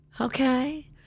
Okay